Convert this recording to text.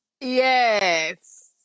Yes